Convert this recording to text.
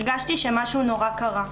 הרגשתי שמשהו נורא קרה.